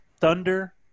thunder